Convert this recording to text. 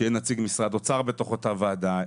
שיהיה נציג האוצר בתוך אותה ועדה.